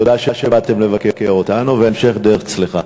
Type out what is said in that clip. תודה שבאתם לבקר אותנו והמשך דרך צלחה.